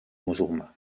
musulmà